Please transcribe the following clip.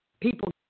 people